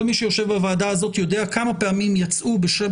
כל מי שיושב בוועדה הזאת יודע כמה פעמים בששת